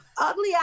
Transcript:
ugly